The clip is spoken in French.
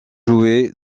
joué